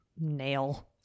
nail